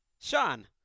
Sean